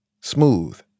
Smooth